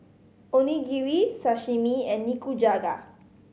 Onigiri Sashimi and Nikujaga